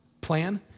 plan